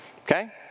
Okay